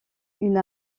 une